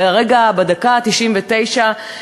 בדקה ה-99,